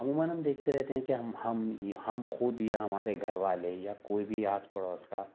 عموماً ہم دیکھتے رہتے ہیں کہ ہم ہم ہم خود یا ہمارے گھر والے یا کوئی بھی آس پڑوس کا